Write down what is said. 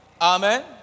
Amen